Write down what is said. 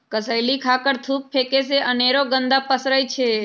कसेलि खा कऽ थूक फेके से अनेरो गंदा पसरै छै